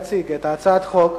למניעת הטרדה מינית (תיקון,